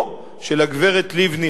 או שלגברת לבני,